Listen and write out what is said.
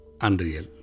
Unreal